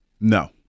No